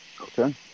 Okay